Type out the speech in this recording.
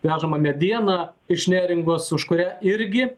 vežamą medieną iš neringos už kurią irgi